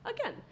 Again